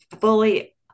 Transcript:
fully